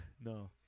No